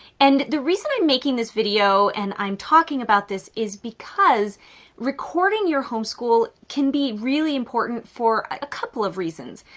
and the reason i'm making this video and i'm talking about this is because recording your homeschool can be really important for a couple of reasons.